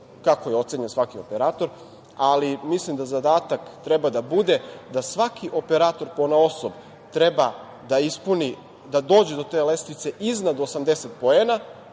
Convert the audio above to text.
kako je ocenjen svaki operator, ali mislim da zadatak treba da bude da svaki operator ponaosob treba da ispuni, da dođe do te lestvice iznad 80 poena,